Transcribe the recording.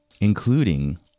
including